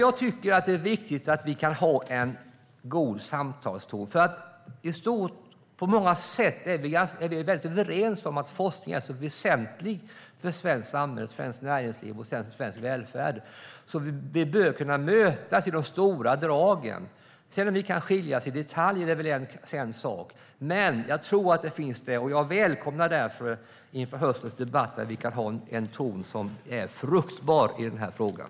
Jag tycker att det är viktigt att vi kan ha en god samtalston, för i stort och på många sätt är vi väldigt överens om att forskning är så väsentlig för svenskt samhälle, svenskt näringsliv och svensk välfärd. Därför bör vi kunna mötas i de stora dragen. Att det kan skilja sig i detaljer är väl en sak, men jag tror att de stora dragen finns, och jag välkomnar därför inför höstens debatt att vi kan ha en ton som är fruktbar i den här frågan.